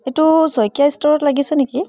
এইটো শইকীয়া ষ্ট'ৰত লাগিছে নেকি